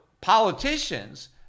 politicians